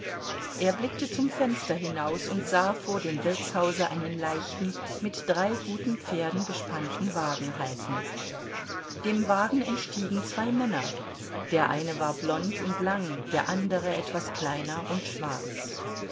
er blickte zum fenster hinaus und sah vor dem wirtshause einen leichten mit drei guten pferden bespannten wagen halten dem wagen entstiegen zwei männer der eine war blond und lang der andere etwas kleiner und schwarz